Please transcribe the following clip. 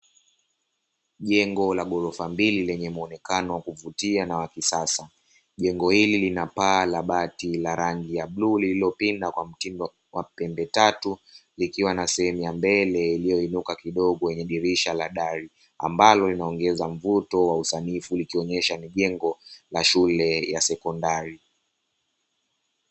Jengo la ghorofa mbili lenye muonekano wa kuvutia na wa kisasa. Jengo hili lina paa la bati la rangi ya bluu, lililopindwa kwa mtindo wa pembe tatu, likiwa na sehemu ya mbele iliyoinuka kidogo yenye dirisha la dari, ambalo linaoonyesha mvuto wa usanifu, likionesha ni jengo la shule ya sekondari.